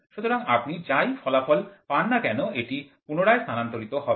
সুতরাং আপনি যাই ফলাফল পাননা কেন এটি পুনরায় স্থানান্তরিত হবে